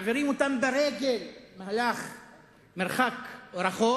מעבירים אותם ברגל מרחק גדול,